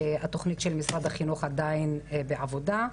התוכנית של משרד החינוך עדיין בעבודה,